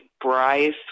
bryce